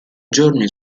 giorni